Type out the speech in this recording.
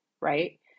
right